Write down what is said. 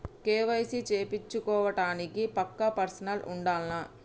KYC చేపిచ్చుకోవడానికి పక్కా person ఉండాల్నా?